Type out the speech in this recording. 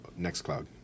NextCloud